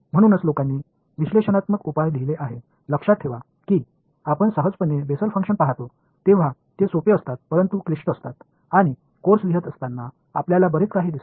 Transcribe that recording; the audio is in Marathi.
म्हणूनच लोकांनी विश्लेषणात्मक उपाय लिहिले आहेत लक्षात ठेवा की आपण सहजपणे बेसल फंक्शन पाहतो तेव्हा ते सोपे असतात खूप क्लिष्ट असतात आणि कोर्स लिहित असताना आपल्याला बरेच काही दिसेल